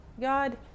God